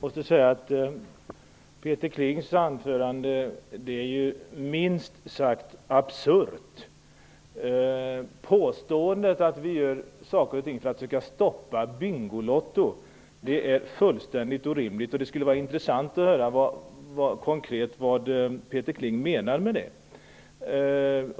Herr talman! Peter Klings anförande är minst sagt absurt. Påståendet att vi gör saker och ting för att försöka stoppa Bingolotto är fullständigt orimligt. Det skulle vara intressant att höra vad Peter Kling konkret menar med det.